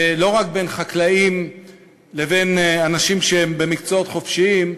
לא רק בין חקלאים לבין אנשים במקצועות חופשיים,